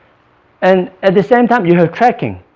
and at the same time you have tracking